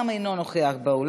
גם הוא אינו נוכח באולם.